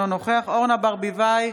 אינו נוכח אורנה ברביבאי,